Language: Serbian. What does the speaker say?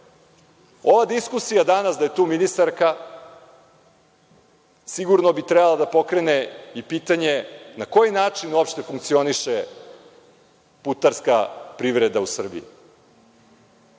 diskusija danas, da je tu ministarka, sigurno bi trebala da pokrene i pitanje – na koji način uopšte funkcioniše putarska privreda u Srbiji,